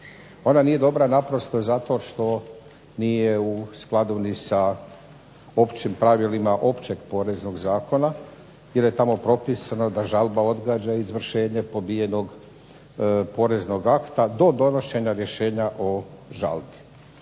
Ona nije dobra naprosto zato što nije u skladu ni sa općim pravilima Općeg poreznog zakona jer je tamo propisano da žalba odgađa izvršenje pobijenog poreznog akta do donošenja rješenja o žalbi.